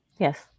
Yes